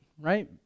right